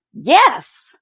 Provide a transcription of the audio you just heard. yes